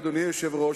אדוני היושב-ראש,